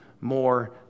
more